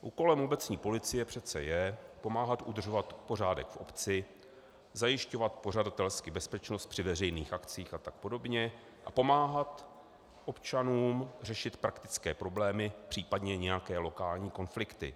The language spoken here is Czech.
Úkolem obecní policie je pomáhat udržovat pořádek v obci, zajišťovat pořadatelsky bezpečnost při veřejných akcích a tak podobně a pomáhat občanům řešit praktické problémy, případně nějaké lokální konflikty.